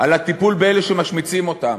על הטיפול באלה שמשמיצים אותם?